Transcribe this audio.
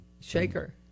shaker